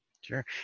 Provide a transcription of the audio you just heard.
Sure